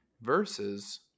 versus